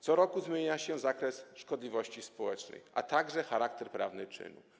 Co roku zmienia się zakres szkodliwości społecznej, a także charakter prawny czynu.